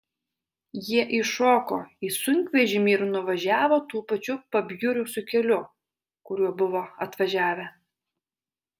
jie įšoko į sunkvežimį ir nuvažiavo tuo pačiu pabjurusiu keliu kuriuo buvo atvažiavę